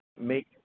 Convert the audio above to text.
make